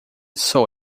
sou